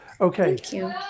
Okay